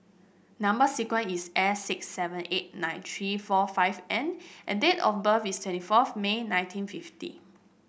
number sequence is S six seven eight nine three forur five N and date of birth is twenty four of May nineteen fifty